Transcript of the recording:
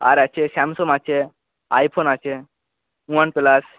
আর আছে স্যামসাঙ আছে iPhone আছে ওয়ান প্লাস